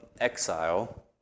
exile